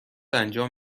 انجام